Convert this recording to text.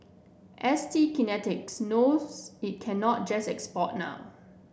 S T Kinetics knows it cannot just export now